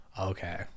okay